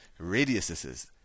radiuses